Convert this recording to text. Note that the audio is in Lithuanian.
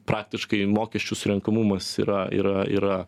praktiškai mokesčių surenkamumas yra yra yra